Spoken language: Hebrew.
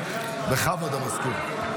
בכבוד, המזכיר.